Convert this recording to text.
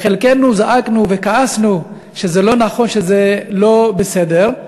חלקנו כעסנו וזעקנו שזה לא נכון ושזה לא בסדר,